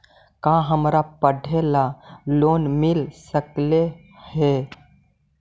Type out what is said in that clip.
का हमरा पढ़े ल लोन मिल सकले हे?